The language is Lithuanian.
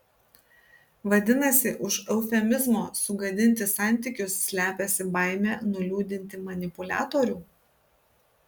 vadinasi už eufemizmo sugadinti santykius slepiasi baimė nuliūdinti manipuliatorių